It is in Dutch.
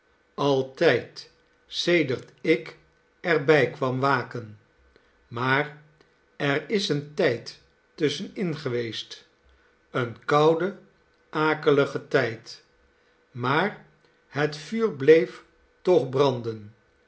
altijd sedert ik er bij kwam waken maar er is een tijd tusschen in geweest een koude akelige tijd maar het vuur bleef toch branden